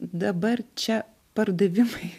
dabar čia pardavimai